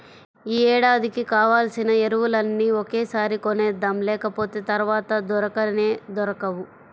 యీ ఏడాదికి కావాల్సిన ఎరువులన్నీ ఒకేసారి కొనేద్దాం, లేకపోతె తర్వాత దొరకనే దొరకవు